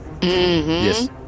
Yes